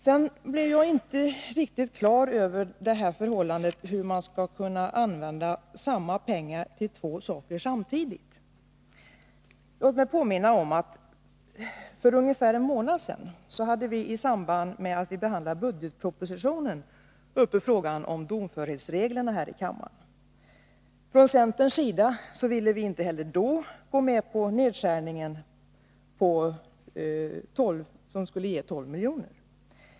Jag blir sedan inte riktigt klar över talet om hur samma pengar skall kunna användas till två saker samtidigt. Låt mig påminna om att kammaren i samband med att budgetpropositionen behandlades för ungefär en månad sedan upptog frågan om domförhetsreglerna. Inte heller då ville centern gå med på en nedskärning på 12 milj.kr.